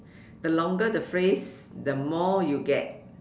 the longer the phrase the more you get